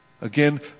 Again